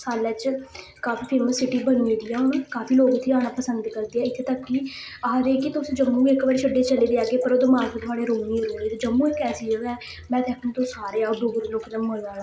सालै च काफी फेमस सिटी बनी जंदी ऐ हून काफी लोक उत्थै जाना पसंद करदे इत्थै तक आखदे कि तुस जम्मू इक बारी छड्डी चली जाह्गे पर रवो ते जम्मू इक ऐसी जगह् ऐ में आक्खनी तुस सारे आ डोगरे लोकें दा मजा